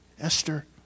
Esther